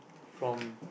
from